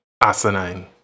asinine